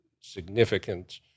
significant